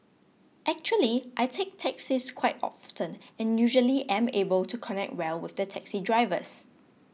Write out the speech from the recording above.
actually I take taxis quite often and usually am able to connect well with the taxi drivers